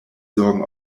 sorgen